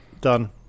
done